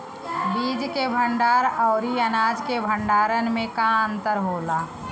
बीज के भंडार औरी अनाज के भंडारन में का अंतर होला?